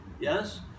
yes